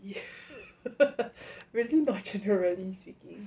really torture really speaking